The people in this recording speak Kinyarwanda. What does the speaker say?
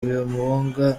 bimunga